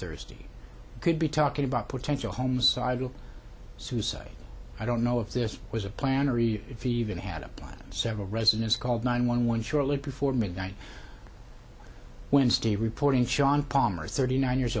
thursday could be talking about potential homes so i will suicide i don't know if this was a plan or e if he even had a plan and several residents called nine one one shortly before midnight wednesday reporting sean palmer thirty nine years